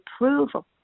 approval